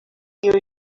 your